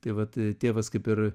tai vat tėvas kaip ir